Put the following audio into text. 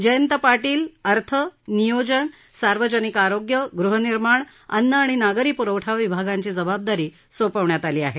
जयंत पाटील अर्थ नियोजन सार्वजनिक आरोग्य गृहनिर्माण अन्न आणि नागरी पुरवठा विभागांची जबाबदारी सोपवण्यात आली आहे